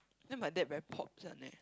then my dad very pops one leh